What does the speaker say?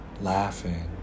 laughing